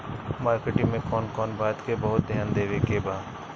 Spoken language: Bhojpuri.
मार्केटिंग मे कौन कौन बात के बहुत ध्यान देवे के बा?